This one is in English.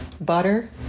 Butter